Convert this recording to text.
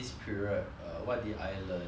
I think I I um